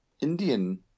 Indian